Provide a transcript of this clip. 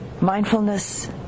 Mindfulness